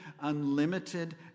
unlimited